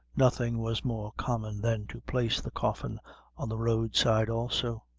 nothing was more common than to place the coffin on the road side also,